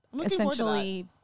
essentially